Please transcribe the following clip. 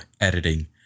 editing